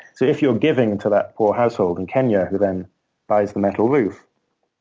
so if you're giving to that poor household in kenya who then buys the metal roof,